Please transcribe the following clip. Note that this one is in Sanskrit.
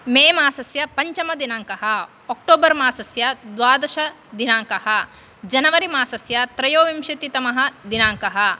मे मासस्य पञ्चमदिनाङ्कः ओक्टोबर् मासस्य द्वादशदिनाङ्कः जनवरी मासस्य त्रयोविंशतितमः दिनाङ्कः